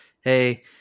hey